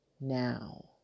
now